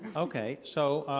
ok. so,